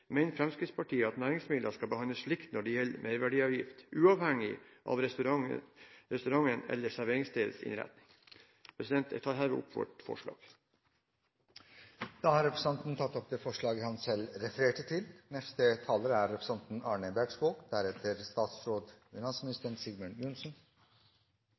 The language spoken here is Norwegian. Fremskrittspartiet at næringsmidler skal behandles likt når det gjelder merverdiavgift, uavhengig av restaurantens eller serveringsstedets innretning. Jeg tar herved opp vårt forslag. Da har representanten Kenneth Svendsen tatt opp det forslaget han refererte til.